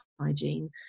hygiene